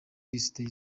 lisiti